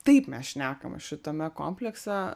taip mes šnekame šitame komplekse